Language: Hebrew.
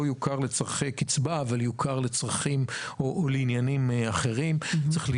יוכר לצורכי קצבה אבל יוכר לעניינים אחרים; חמש,